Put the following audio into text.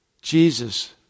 Jesus